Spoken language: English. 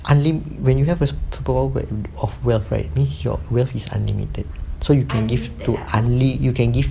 unlim~ when you have a superpower of wealth right means your wealth is unlimited so you can give to unli~ you can give